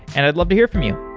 and i'd love to hear from you.